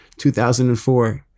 2004